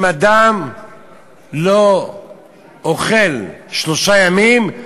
אם אדם לא אוכל שלושה ימים,